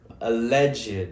alleged